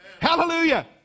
Hallelujah